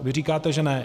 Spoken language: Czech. Vy říkáte, že ne.